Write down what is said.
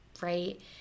right